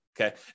okay